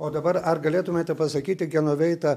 o dabar ar galėtumėte pasakyti genoveita